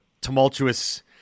tumultuous